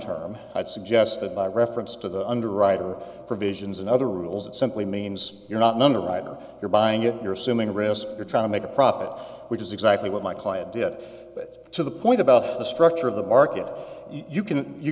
term i'd suggest that by reference to the underwriter provisions and other rules it simply means you're not a member right or you're buying it you're assuming risk you're trying to make a profit which is exactly what my client did it to the point about the structure of the market you can you